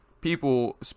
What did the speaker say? people